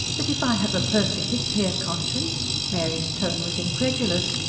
but if i have a perfectly clear conscience? mary's tone was incredulous,